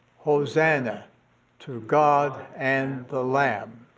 hosanna to god and the lamb.